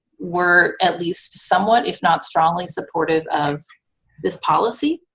were at least somewhat if not strongly supportive of this policy,